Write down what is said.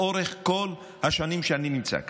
לאורך כל השנים שאני נמצא כאן.